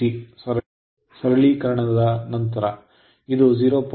ಸರಳೀಕರಣದ ನಂತರ ಇದು 0